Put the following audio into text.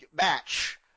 match